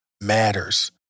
matters